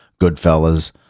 Goodfellas